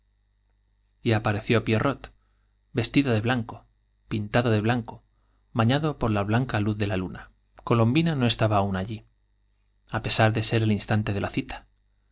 y apareció pierrot vestido de blanco pintado de blanco bañado por la blanca luz de la luna i colombina no está aún allí á pesar de ser l instante de la cita